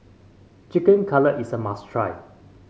Chicken Cutlet is a must try